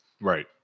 Right